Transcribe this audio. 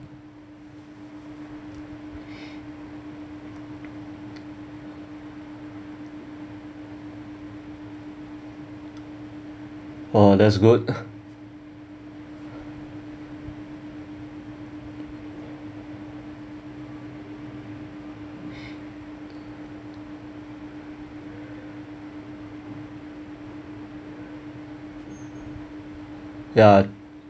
oh that's good ya